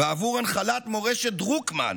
ועבור הנחלת מורשת דרוקמן,